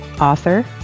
author